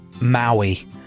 Maui